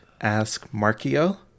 askmarkio